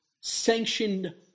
sanctioned